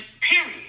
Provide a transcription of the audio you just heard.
period